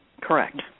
Correct